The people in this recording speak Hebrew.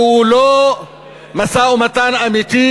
והוא לא משא-ומתן אמיתי,